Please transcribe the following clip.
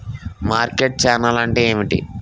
Market channel అంటే ఏమిటి?